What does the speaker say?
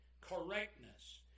correctness